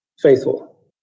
faithful